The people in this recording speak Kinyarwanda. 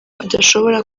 adashobora